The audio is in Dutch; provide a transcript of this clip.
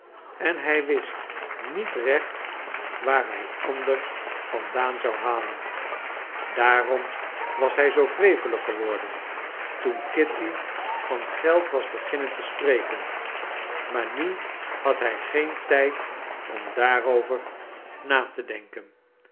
en hij wist niet recht waar hij ander vandaan zou halen daarom was hij zoo wrevelig geworden toen kitty van geld was beginnen te spreken maar nu had hij geen tijd om daarover na te denken